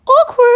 awkward